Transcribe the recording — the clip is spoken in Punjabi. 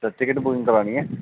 ਅੱਛਾ ਟਿਕਟ ਬੁਕਿੰਗ ਕਰਾਉਣੀ ਹੈ